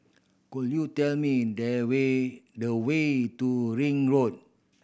could you tell me the way the way to Ring Road